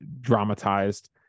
dramatized